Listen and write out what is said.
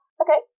okay